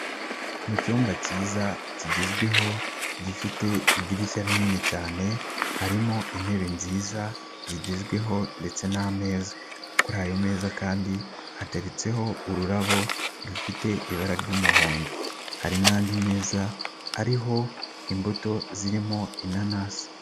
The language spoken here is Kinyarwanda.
Mu cyumba cyiza kigezweho gifite idirishya rinini cyane harimo intebe nziza zigezweho ndetse n'ameza, kuri ayo meza kandi hateretseho ururabo rufite ibara ry'umuhondo, hari n'andi meza ariho imbuto zirimo inanasi.